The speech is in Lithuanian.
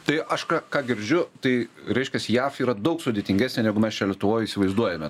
tai aš ką ką girdžiu tai reiškias jav yra daug sudėtingesnė negu mes čia lietuvoj įsivaizduojame